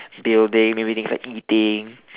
building maybe things like eating